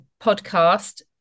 podcast